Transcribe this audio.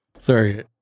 Sorry